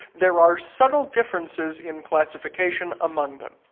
there are subtle differences in classification among them.